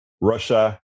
Russia